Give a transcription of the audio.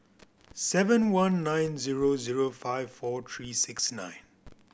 seven one nine zero zero five four three six nine